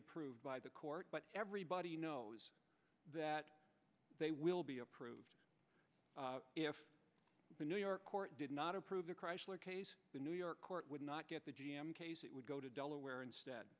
approved by the court but everybody knows that they will be approved if the new york court did not approve the chrysler case the new york court would not get the g m case it would go to delaware instead